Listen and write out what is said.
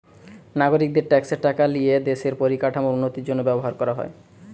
নাগরিকদের ট্যাক্সের টাকা লিয়ে দেশের পরিকাঠামোর উন্নতির জন্য ব্যবহার করা হয়